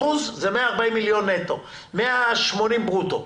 אחוז זה 140 מיליון נטו, 180 ברוטו.